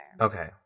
Okay